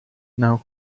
now